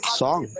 song